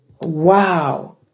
wow